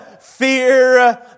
Fear